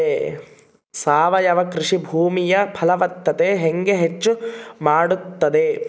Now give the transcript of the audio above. ಸಾವಯವ ಕೃಷಿ ಭೂಮಿಯ ಫಲವತ್ತತೆ ಹೆಂಗೆ ಹೆಚ್ಚು ಮಾಡುತ್ತದೆ?